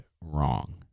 wrong